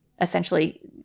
essentially